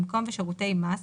במקום "ושירותי מס,